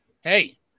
Hey